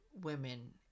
women